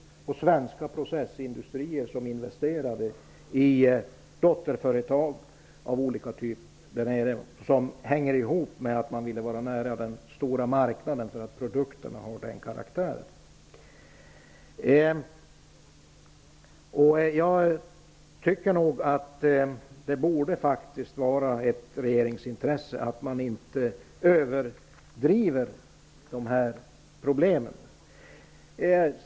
Det var också svenska processindustrier som investerade i dotterföretag av olika typer, och det hängde ihop med att man ville vara nära den stora marknaden -- produkterna har en sådan karaktären. Det borde faktiskt vara ett regeringsintresse att man inte överdriver de här problemen.